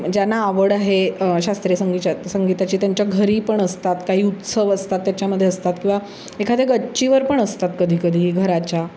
ज्यांना आवड आहे शास्त्रीय संगीच्यात संगीताची त्यांच्या घरी पण असतात काही उत्सव असतात त्याच्यामध्ये असतात किंवा एखाद्या गच्चीवर पण असतात कधीकधी घराच्या